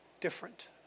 different